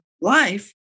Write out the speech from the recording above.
life